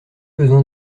besoin